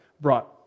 brought